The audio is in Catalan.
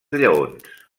lleons